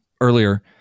earlier